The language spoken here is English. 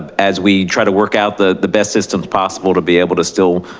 as we try to work out the the best systems possible to be able to still